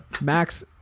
Max